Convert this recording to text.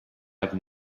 have